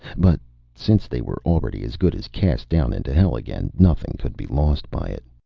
but since they were already as good as cast down into hell again, nothing could be lost by it.